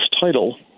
title